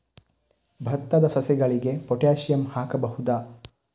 ಭತ್ತದ ಸಸಿಗಳಿಗೆ ಪೊಟ್ಯಾಸಿಯಂ ಹಾಕಬಹುದಾ?